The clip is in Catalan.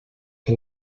que